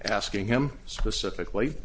asking him specifically